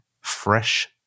fresh